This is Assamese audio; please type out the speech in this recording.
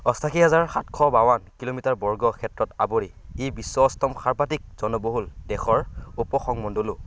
আঠাশী হাজাৰ সাতশ বাৱন্ন কিলোমিটাৰ বৰ্গ ক্ষেত্ৰত আৱৰি ই বিশ্বৰ অষ্টম সৰ্বাধিক জনবহুল দেশৰ উপসংমণ্ডলো